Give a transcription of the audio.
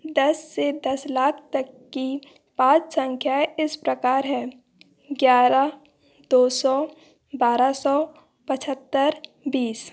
दस से दस लाख तक की पाँच संख्याएँ इस प्रकार है ग्यारह दो सौ बारह सौ पचहत्तर बीस